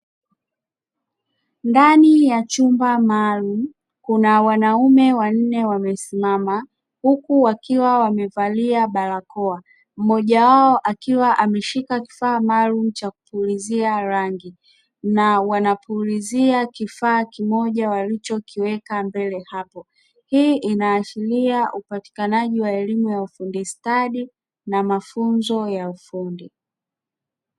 Ndani ya chumba maalumu kuna wanaume wanne wamesimama, huku wakiwa wamevalia barakoa mmoja wao akiwa ameshika kifaa maalumu cha kupulizia rangi na wanapulizia kifaa kimoja walichokiweka mbele hapo, hii inaashiria upatikanaji wa elimu ya ufundi stadi na mafunzo ya ufundi.